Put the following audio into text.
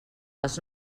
les